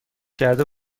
کرده